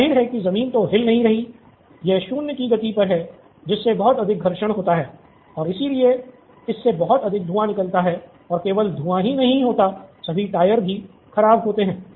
जाहिर है कि ज़मीन तो हिल नहीं रही है यह शून्य की गति पर है जिससे बहुत अधिक घर्षण होता है और इसलिए इससे बहुत अधिक धुंआ निकलता है और केवल धुंआ ही नहीं होता सभी टायर भी खराब होते हैं